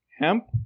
hemp